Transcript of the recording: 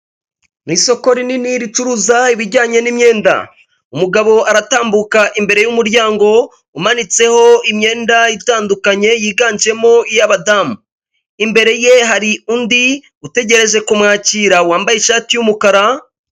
Ni isoko rinini ricuruza ibijyanye n'imyenda umugabo aratambuka imbere y'umuryango umanitseho imyenda itandukanye yiganjemo iy'abadamu, imbere ye hari undi utegereje kumwakira wambaye ishati y'umukara.